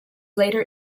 later